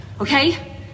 Okay